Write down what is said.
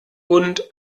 und